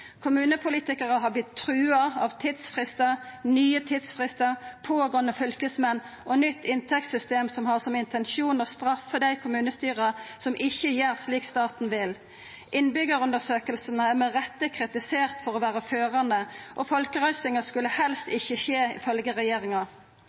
Kommunepolitikarar har vorte trua av tidsfristar, nye tidsfristar, pågåande fylkesmenn og nytt inntektssystem som har som intensjon å straffa dei kommunestyra som ikkje gjer som staten vil. Innbyggjarundersøkingane er med rette kritiserte for å vera førande, og folkerøystingar skulle helst